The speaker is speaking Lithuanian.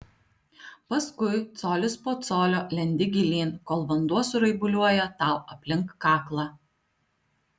paskui colis po colio lendi gilyn kol vanduo suraibuliuoja tau aplink kaklą